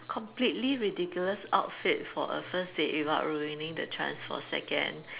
completely ridiculous outfit for a first date without ruining the chance for a second